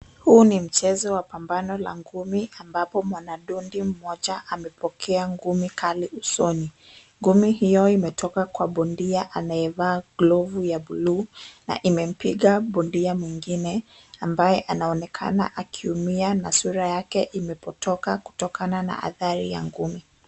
Huu ni mchezo wa pambano la ngumi, ambapo mwanadondi mmoja amepokea ngumi kali usoni. Ngumi hio imetoka kwa bondia anayevaa glovu ya blue , na imempiga bondia mwingine, ambaye anaonekana akiumia na sura yake imepotoka kutokana na athari ya ngumi.